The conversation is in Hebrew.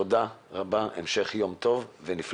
תודה רבה, המשך יום טוב ונפלא.